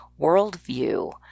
worldview